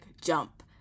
jump